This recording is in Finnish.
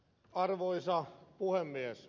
arvoisa puhemies